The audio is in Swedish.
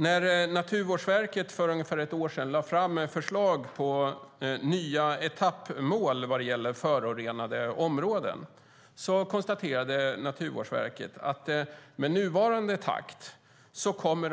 När Naturvårdsverket för ungefär ett år sedan lade fram förslag på nya etappmål vad gäller förorenade områden konstaterade verket att med nuvarande takt kommer